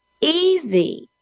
easy